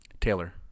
Taylor